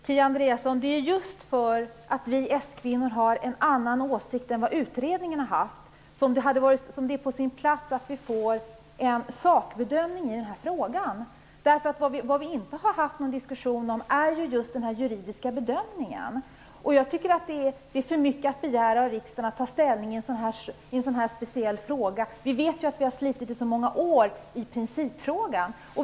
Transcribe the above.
Herr talman! Det är just för att vi s-kvinnor har en annan åsikt än utredningen som det vore på sin plats att få en sakbedömning i den här frågan, Kia Andreasson! Vi har inte diskuterat den juridiska bedömningen. Det är för mycket begärt att riksdagen skall ta ställning i en sådan speciell fråga nu. Vi har ju slitit i så många år med principfrågan.